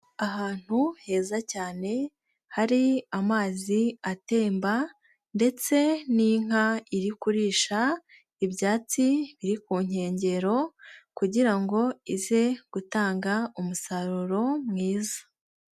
Ahantu heza cyane hari amazi atemba ndetse n'inka iri kurisha ibyatsi biri ku nkengero, kugira ngo ize gutanga umusaruro mwiza.